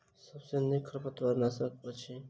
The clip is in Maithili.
सबसँ नीक खरपतवार नाशक केँ अछि?